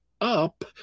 up